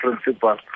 principal